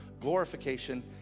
glorification